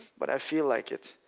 but i feel like it.